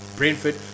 Brentford